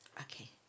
Okay